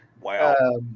Wow